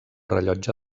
rellotge